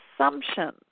assumptions